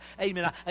Amen